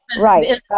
Right